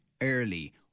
early